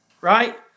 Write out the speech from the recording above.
right